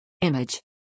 Image